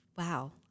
Wow